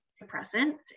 Depressant